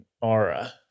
aura